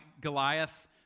Goliath